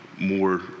more